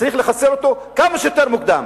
צריך לחסל אותו כמה שיותר מוקדם.